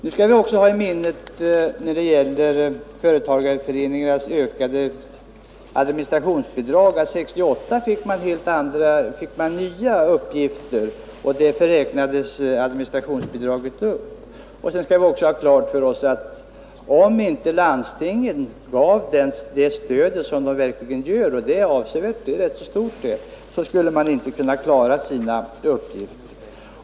Nu skall vi ha i minnet när det gäller företagarföreningarnas ökade administrationsbidrag, att 1968 fick de nya uppgifter och därför räknades administrationsbidraget upp. Vi skall också ha klart för oss att om inte landstingen gav det stöd som de verkligen ger — och det är rätt stort — skulle företagarföreningarna inte kunna klara sina uppgifter.